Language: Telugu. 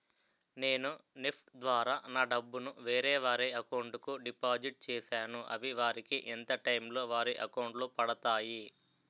నేను నెఫ్ట్ ద్వారా నా డబ్బు ను వేరే వారి అకౌంట్ కు డిపాజిట్ చేశాను అవి వారికి ఎంత టైం లొ వారి అకౌంట్ లొ పడతాయి?